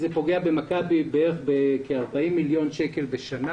זה פוגע במכבי בערך בכ-40 מיליון שקלים בשנה.